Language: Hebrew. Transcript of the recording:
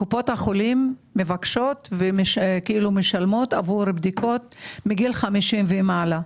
קופות החולים משלמות עבור בדיקות מגיל 50 ומעלה,